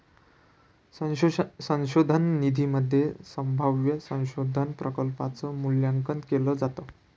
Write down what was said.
संशोधन निधीमध्ये संभाव्य संशोधन प्रकल्पांच मूल्यांकन केलं जातं